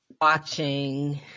watching